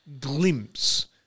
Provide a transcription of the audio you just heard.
glimpse